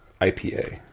IPA